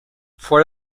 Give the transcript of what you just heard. for